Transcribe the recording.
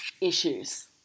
issues